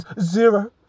zero